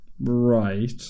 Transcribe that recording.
right